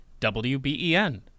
WBEN